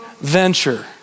venture